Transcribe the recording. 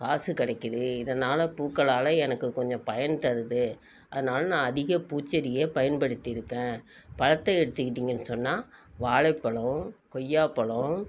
காசு கிடைக்கிது இதனால பூக்களால் எனக்கு கொஞ்சம் பயன் தருது அதனால நான் அதிக பூச்செடிய பயன்படுத்திருக்கேன் பழத்தை எடுத்துக்கிட்டீங்கன்னு சொன்னால் வாழைப் பழம் கொய்யாப் பழம்